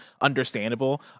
understandable